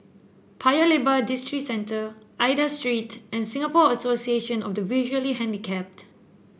Paya Lebar Districentre Aida Street and Singapore Association of the Visually Handicapped